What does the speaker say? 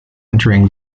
entering